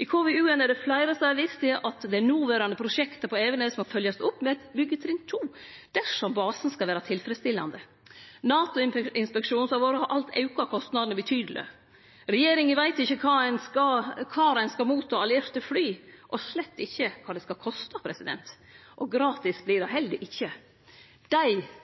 I KVU-en er det fleire som har vist til at det noverande prosjektet på Evenes må fylgjast opp med eit byggjetrinn 2 dersom basen skal vere tilfredsstillande. NATO-inspeksjonen som har vore, har ført til at kostnadene alt har auka betydeleg. Regjeringa veit ikkje kvar ein skal motta allierte fly, og slett ikkje kva det skal koste. Gratis vert det ikkje. Den kunnskapen burde og